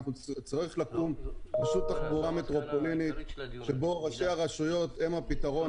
צריכה לקום רשות תחבורה מטרופולינית שבה ראשי הרשויות הם הפתרון,